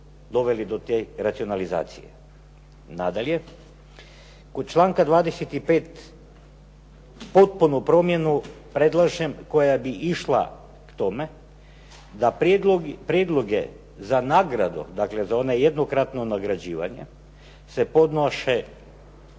doveli do te racionalizacije. Nadalje, kod članka 25. potpunu promjenu predlažem koja bi išla tome da prijedloge za nagradu, dakle za one jednokratno nagrađivanje, se podnose